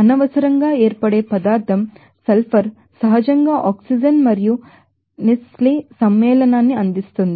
అనవసరంగా ఏర్పడే పదార్థం సల్ఫర్ సహజంగా ఆస్సిన్ మరియు నేసిల్ సమ్మేళనాన్ని అందిస్తుంది